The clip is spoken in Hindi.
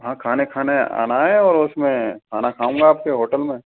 हाँ खाने खाने आना है और उसमें खाना खाऊंगा आपके होटल में